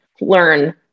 learn